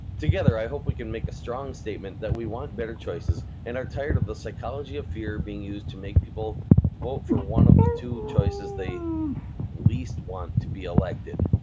together, i hope we can make a strong statement that we want better choices and are tired of the psychology of fear being used to make people vote for one of the two choices they least want to be elected!